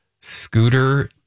Scooter